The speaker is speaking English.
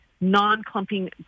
non-clumping